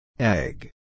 Egg